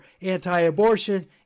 anti-abortion